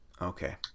Okay